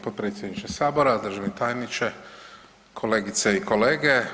potpredsjedniče Sabora, državni tajniče, kolegice i kolege.